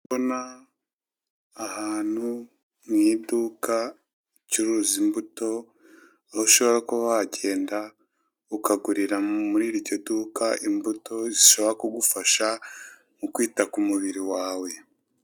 Ndabona ahantu mu iduka, ricuruza imbuto, aho ushobora kuba wagenda ukagurira muri iryo duka imbuto zishobora kugufasha mukwita k'umubiri wawe.